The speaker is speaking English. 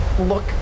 look